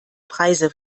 preise